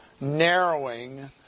narrowing